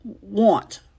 want